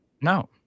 No